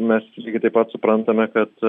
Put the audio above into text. mes lygiai taip pat suprantame kad